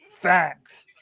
facts